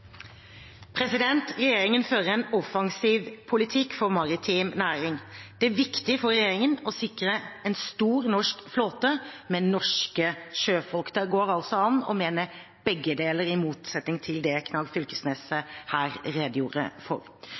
viktig for regjeringen å sikre en stor norsk flåte med norske sjøfolk. Det går altså an å mene begge deler, i motsetning til det Knag Fylkesnes her redegjorde for.